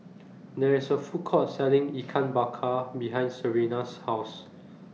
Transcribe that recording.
There IS A Food Court Selling Ikan Bakar behind Serena's House